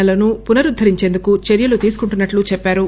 L లను పునరుద్దరించేందుకు చర్యలు తీసుకుంటున్సట్లు చెప్పారు